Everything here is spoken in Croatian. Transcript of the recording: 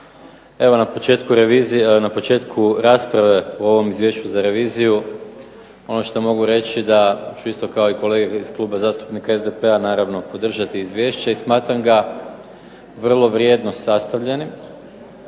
Evo na početku rasprave o ovom Izvješću za reviziju ono što mogu reći da ću isto kao i kolege iz Kluba zastupnika SDP-a naravno podržati izvješće i smatram ga vrlo vrijedno sastavljenim,